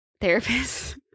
therapist